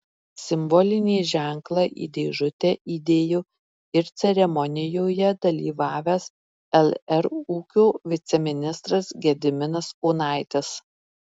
simbolinį ženklą į dėžutę įdėjo ir ceremonijoje dalyvavęs lr ūkio viceministras gediminas onaitis